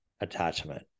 attachment